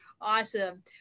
Awesome